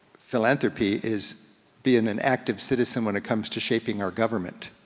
philanthropy is being an active citizen when it comes to shaping our government.